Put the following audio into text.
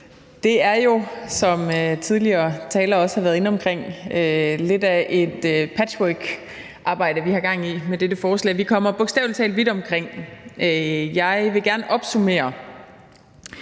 Det er jo, som tidligere talere også har været inde på, lidt af et patchworkarbejde, vi har gang i med dette forslag. Vi kommer bogstavelig talt vidt omkring. Jeg vil gerne opsummere